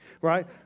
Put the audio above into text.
right